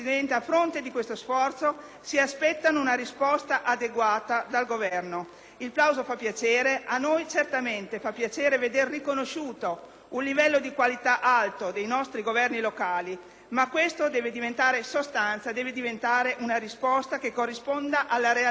si aspettano una risposta adeguata dal Governo. Il plauso fa piacere. A noi certamente fa piacere vedere riconosciuto un livello di qualità alto dei nostri governi locali. Ma questo deve diventare sostanza, deve diventare una risposta che corrisponda alla realtà dei fatti, nulla di più,